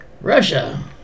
Russia